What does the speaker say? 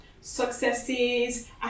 successes